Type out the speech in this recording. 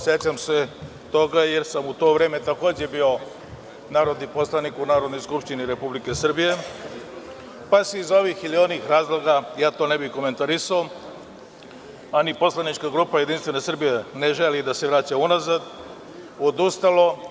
Sećam se toga, jer sam u to vreme takođe bio narodni poslanik u Narodnoj skupštini Republike Srbije, pa se iz ovih ili onih razloga, ne bih komentarisao, a ni poslanička grupa JS ne želi da se vraća u nazad, odustalo.